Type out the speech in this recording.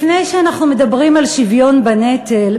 לפני שאנחנו מדברים על שוויון בנטל,